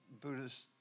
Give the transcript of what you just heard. Buddhist